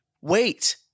Wait